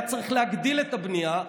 היה צריך להגדיל את הבנייה,